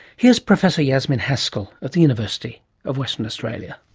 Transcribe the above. here's professor yasmin haskell at the university of western australia.